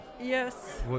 Yes